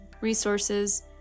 resources